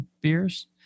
beers